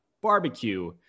barbecue